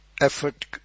effort